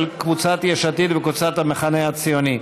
של קבוצת יש עתיד וקבוצת המחנה הציוני.